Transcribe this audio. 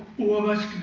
was